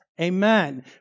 Amen